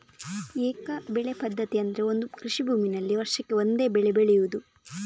ಏಕ ಬೆಳೆ ಪದ್ಧತಿ ಅಂದ್ರೆ ಒಂದು ಕೃಷಿ ಭೂಮಿನಲ್ಲಿ ವರ್ಷಕ್ಕೆ ಒಂದೇ ಬೆಳೆ ಬೆಳೆಯುದು